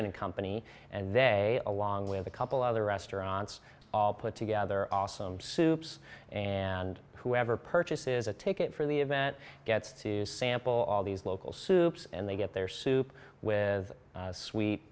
and company and they along with a couple other restaurants all put together awesome soups and whoever purchases a ticket for the event gets to sample all these local soups and they get their soup with a sweet